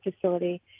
facility